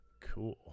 Cool